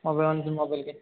mobile ಒಂದು ಮೊಬೈಲಿಗೆ